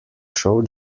show